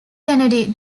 kennedy